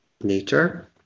nature